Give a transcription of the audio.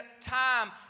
time